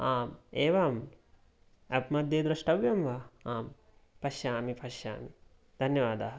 आम् एवम् आप् मध्ये द्रष्टव्यं वा आम् पश्यामि पश्यामि धन्यवादाः